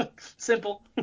Simple